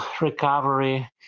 recovery